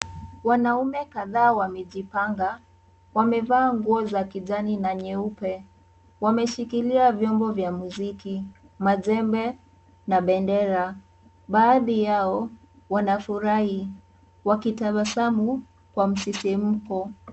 Wanaume kadhaa wamejipanga, wamevaa nguo za kijani na nyeupe, wameshikilia vyombo vya muziki, majembe na bendera, baadhi yao wanafurahi wakitabasamu kwa msisimko.